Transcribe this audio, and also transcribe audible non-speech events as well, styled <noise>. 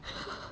<laughs>